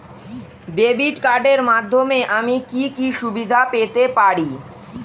Debit কার্ডের মাধ্যমে আমি কি কি সুবিধা পেতে পারি?